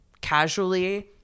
casually